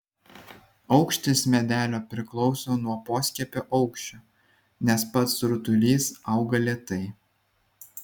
aukštis medelio priklauso nuo poskiepio aukščio nes pats rutulys auga lėtai